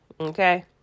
okay